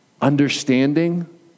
understanding